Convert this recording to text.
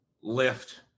lift